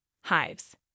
hives